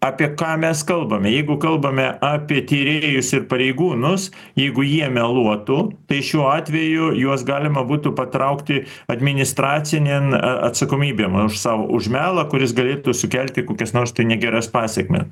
apie ką mes kalbame jeigu kalbame apie tyrėjus ir pareigūnus jeigu jie meluotų tai šiuo atveju juos galima būtų patraukti administracinėn atsakomybėn už sau už melą kuris galėtų sukelti kokias nors tai negeras pasekmę